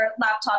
laptop